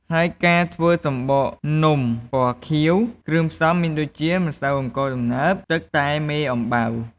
ហើយការធ្វើសំបកនំពណ៌ខៀវ គ្រឿងផ្សំមានដូចជា ម្សៅអង្ករដំណើប ទឹក តែមេអំបៅ។